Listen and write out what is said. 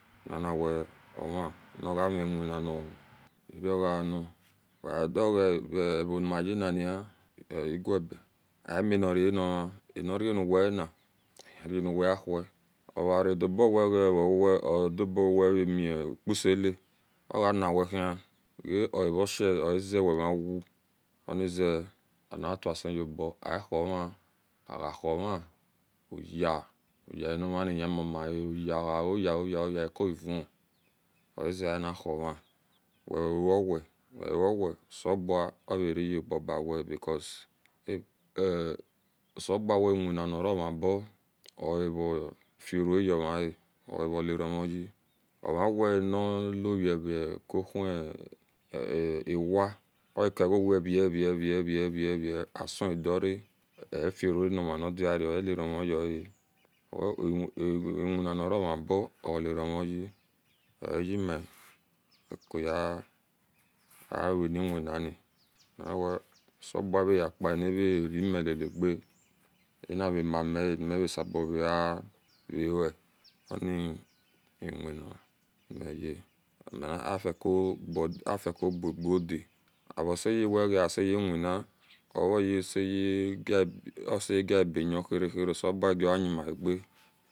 Nanawe ora nagamiwina rogano wegadigahi rehonimayenie igueben aminora niva anora nuweni ehirani weahie ogaredi obo we oareuwa miu miusela ogani wahi ooreshe oaze wema wou onize anitweasa yo-obo anuma ara ahuma oyia ovia nomani himama a via ogahuoyia oyia oyia oyia ecuo gewn oaze anahuma wewoe wewoe osele bua orariyobo bawe a because oselebua wea iwinani romobo oahi furua yemae oaro caramuye omawe ni lore ukuhun awia okegare e ve ve ve ve ve asudiora efiruna niarenidiaro earomuyea iwena niroma obo rolaramuye oyemi ficoye aweni wenani menawesuobua yepa niverime lilaga anire mamiye minrea sabo werwa oni ewin nanimeye oni afico bugada areseye wega aseyewina oveaseye gia oseyegia aebe̱ geheria heria oselebua egevanimarage